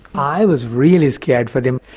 i was really scared for them.